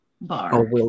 bar